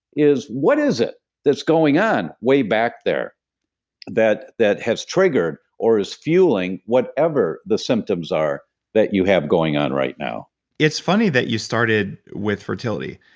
is, what is it that's going on way back there that that has triggered or is fueling whatever the symptoms are that you have going on right now it's funny that you started with fertility,